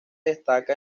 destaca